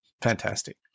Fantastic